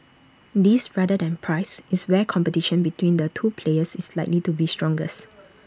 this rather than price is where competition between the two players is likely to be strongest